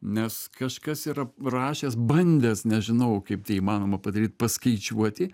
nes kažkas yra rašęs bandęs nežinau kaip tai įmanoma padaryt paskaičiuoti